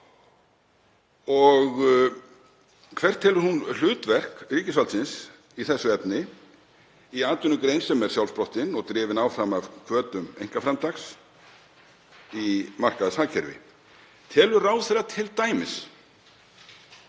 Hvert telur hún hlutverk ríkisvaldsins í þessu efni, í atvinnugrein sem er sjálfsprottin og drifin áfram af hvötum einkaframtaks í markaðshagkerfi? Telur ráðherra t.d.